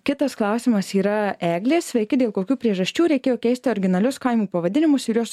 kitas klausimas yra eglės sveiki dėl kokių priežasčių reikėjo keisti originalius kaimų pavadinimus ir juos